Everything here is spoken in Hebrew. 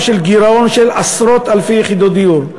של גירעון של עשרות-אלפי יחידות דיור.